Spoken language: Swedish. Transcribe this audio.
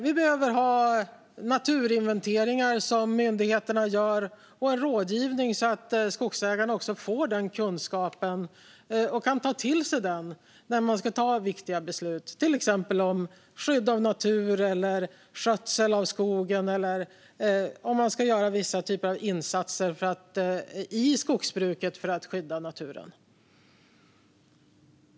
Det behövs naturinventeringar, som myndigheterna gör, och det behövs rådgivning så att skogsägarna får den kunskapen och kan ta till sig den när de ska ta viktiga beslut om till exempel skydd av natur, skötsel av skog eller om de ska göra vissa typer av insatser i skogsbruket för att skydda naturen.